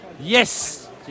Yes